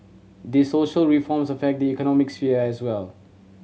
these social reforms affect the economic sphere as well